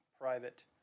private